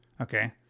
Okay